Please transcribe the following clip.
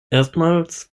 erstmals